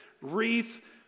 wreath